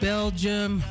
Belgium